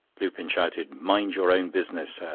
lupin shouted mind your own business, sir!